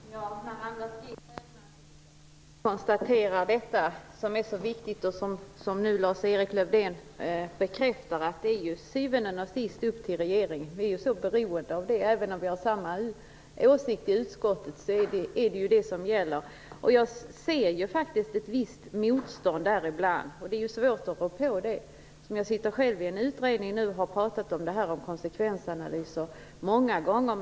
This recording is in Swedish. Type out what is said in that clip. Fru talman! Anders G Högmark konstaterar detta som så är viktigt och som nu Lars-Erik Lövdén bekräftar, nämligen att det till syvende och sist är upp till regeringen. Vi är beroende av det. Även om vi har samma åsikt i utskottet, är det ju det som gäller. Jag ser faktiskt ett visst motstånd ibland, och det är svårt att rå på det. Jag sitter själv i en utredning och har pratat om konsekvensanalyser många gånger.